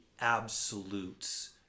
absolutes